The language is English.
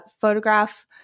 photograph